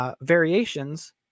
variations